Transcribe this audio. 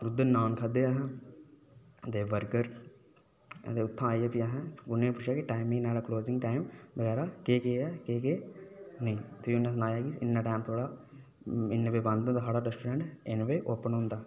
non खाद्धे असें ते बर्गर ते उत्थै आइयै फ्ही असें उ'नें गी पुच्छेआ के टाइम बगैरा केह् केह है केह् केह् नेई फ्ही उ'नें सनाया इन्ना टाइम साढ़ा इन्ने बजे बंद होंदा साढ़ा रेस्टोरेंट ते इन्ने बजे ओपन होंदा